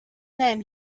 then